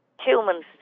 humans